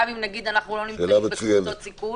גם אם אנחנו לא נמצאים בקבוצות סיכון?